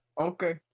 Okay